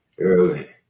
early